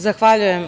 Zahvaljujem.